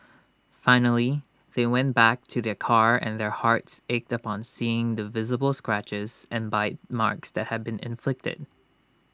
finally they went back to their car and their hearts ached upon seeing the visible scratches and bite marks that had been inflicted